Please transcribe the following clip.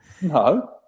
No